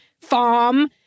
farm